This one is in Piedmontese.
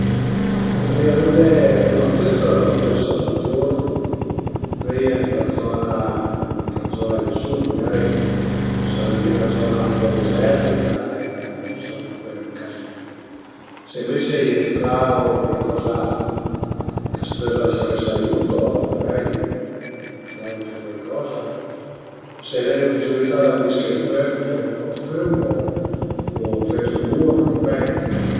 Ma ventarìa vëdde prima d'tüt l'autëssa d'la tur, pöi ën la zona ën la zona che sun, magari s'al e ën üna zona ën po dezertica al e a sarìa pöi ën cazin, se ënvece a ie d'ca o cuaicoza ch'a s'pösa ciamese aiuto, magari vëdrai dë fe cuaicoza, se l'ai la pusibilità d'avisché ël fö, fe ën po dë füm o o fë d'rümur a dipend